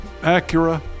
Acura